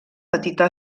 petita